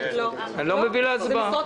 אז אני לא מביא להצבעה.